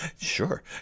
Sure